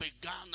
began